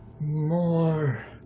More